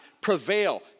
prevail